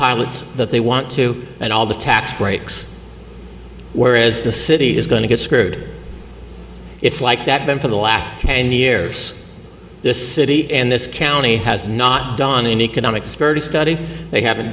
pilots that they want to and all the tax breaks where is the city is going to get screwed it's like that then for the last ten years the city and this county has not done in economic study they haven't